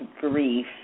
Grief